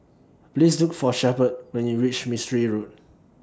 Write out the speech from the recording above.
Please Look For Shepherd when YOU REACH Mistri Road